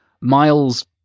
Miles